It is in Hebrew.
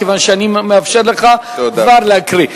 כיוון שאני מאפשר לך כבר להקריא.